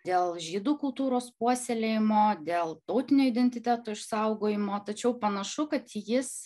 dėl žydų kultūros puoselėjimo dėl tautinio identiteto išsaugojimo tačiau panašu kad jis